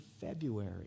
February